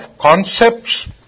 concepts